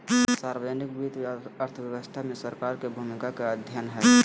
सार्वजनिक वित्त अर्थव्यवस्था में सरकार के भूमिका के अध्ययन हइ